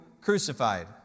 crucified